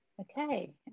Okay